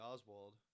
Oswald